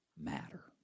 matter